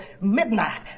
midnight